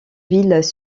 villes